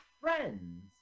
friends